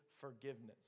forgiveness